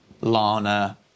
Lana